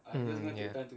mm ya